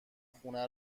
خونه